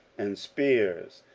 and spears,